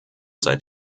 seit